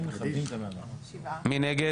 מי נגד?